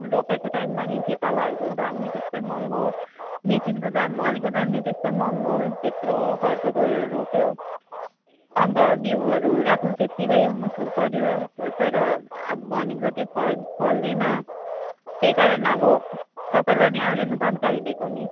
रोपेको टाइममा नि खेतालाहरूको दाम नि त्यस्तै महँगो मिसिनको दाम हलीको दाम नि त्यस्तो महँगो त्यत्रो खर्च गरेर रोप्यो अन्त बिउहरू राख्नु तेत्तिकै मुस्किल पऱ्यो तर अब भनेको जति फल फल्दैन त्यहीकारण अब तपाईँलाई नि अहिले नै जानकारी दिएको नि